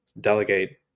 delegate